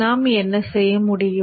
நாம் என்ன செய்ய முடியும்